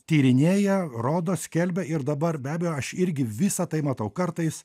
tyrinėja rodo skelbia ir dabar be abejo aš irgi visa tai matau kartais